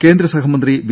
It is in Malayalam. കേന്ദ്രസഹമന്ത്രി വി